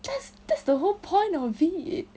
that's that's the whole point of it